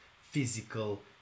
physical